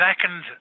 second